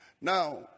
Now